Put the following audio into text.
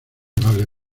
vale